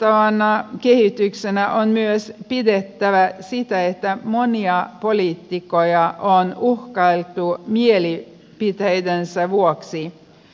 huolestuttavana kehityksenä on pidettävä myös sitä että monia poliitikkoja on uhkailtu mielipiteidensä vuoksi